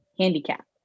handicap